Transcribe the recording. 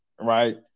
right